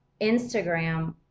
Instagram